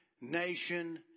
nation